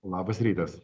labas rytas